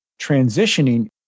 transitioning